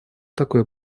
такое